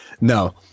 No